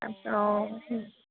অঁ